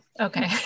okay